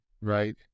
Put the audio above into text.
right